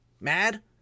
mad